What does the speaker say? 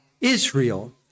Israel